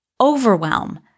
overwhelm